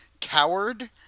coward